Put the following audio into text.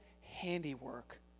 handiwork